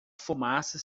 fumaça